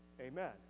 Amen